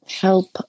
help